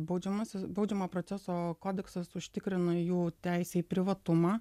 baudžiamasis baudžiamojo proceso kodeksas užtikrina jų teisę į privatumą